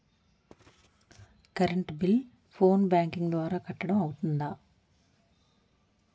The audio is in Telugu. కరెంట్ బిల్లు ఫోన్ బ్యాంకింగ్ ద్వారా కట్టడం అవ్తుందా?